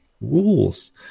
rules